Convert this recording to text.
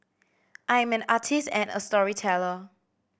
I am an artist and a storyteller